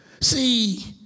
see